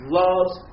loves